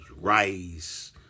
rice